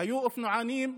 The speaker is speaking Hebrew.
היו אופנוענים,